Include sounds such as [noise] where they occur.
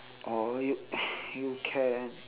or you [laughs] you can